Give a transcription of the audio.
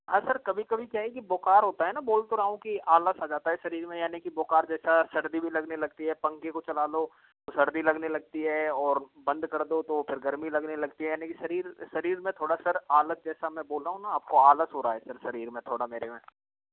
हाँ सर कभी कभी क्या है कि बुखार होता है ना बोल तो रहा हूँ कि आलस आ जाता है शरीर में यानि की बुखार जैसा सर्दी भी लगने लगती है पंखे को चला लो तो सर्दी लगने लगती है और बंद कर दो तो फिर गर्मी लगने लगती है यानी की शरीर शरीर में थोड़ा सर आलस जैसा मैं बोल रहा हूँ ना आपको आलस हो रहा है सर शरीर में थोड़ा मेरे में